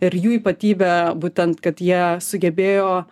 ir jų ypatybė būtent kad jie sugebėjo